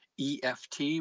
eft